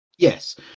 yes